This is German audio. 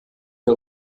der